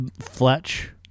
Fletch